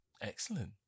Excellent